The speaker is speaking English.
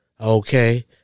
okay